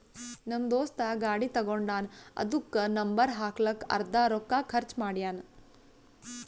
ನಮ್ ದೋಸ್ತ ಗಾಡಿ ತಗೊಂಡಾನ್ ಅದುಕ್ಕ ನಂಬರ್ ಹಾಕ್ಲಕ್ಕೆ ಅರ್ದಾ ರೊಕ್ಕಾ ಖರ್ಚ್ ಮಾಡ್ಯಾನ್